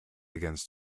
against